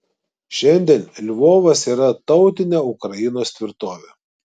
šiandien lvovas yra tautinė ukrainos tvirtovė